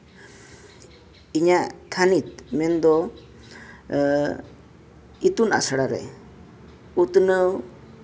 ᱤᱧᱟᱹᱜ ᱛᱷᱟᱹᱱᱤᱛ ᱢᱮᱱ ᱫᱚ ᱤᱛᱩᱱ ᱟᱥᱲᱟ ᱨᱮ ᱩᱛᱱᱟᱹᱣ